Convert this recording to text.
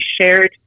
shared